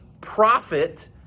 profit